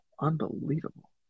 Unbelievable